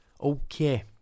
Okay